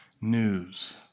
news